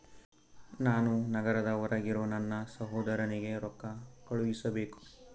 ನಾನು ನಗರದ ಹೊರಗಿರೋ ನನ್ನ ಸಹೋದರನಿಗೆ ರೊಕ್ಕ ಕಳುಹಿಸಬೇಕು